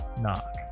knock